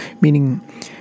meaning